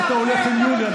אז אתה הולך אל יוליה,